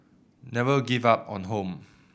never give up on home